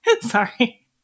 Sorry